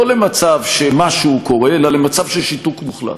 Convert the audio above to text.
לא למצב שמשהו קורה אלא למצב של שיתוק מוחלט,